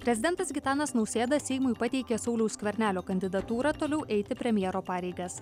prezidentas gitanas nausėda seimui pateikė sauliaus skvernelio kandidatūrą toliau eiti premjero pareigas